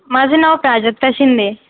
माझं नाव प्राजक्ता शिंदे आहे